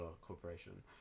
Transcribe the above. corporation